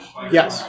Yes